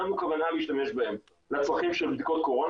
ואין לנו כוונה להשתמש בהם לצרכים של בדיקות קורונה,